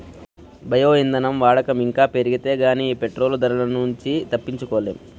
bio ఇంధనం వాడకం ఇంకా పెరిగితే గానీ ఈ పెట్రోలు ధరల నుంచి తప్పించుకోలేం